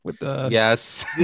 Yes